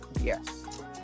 yes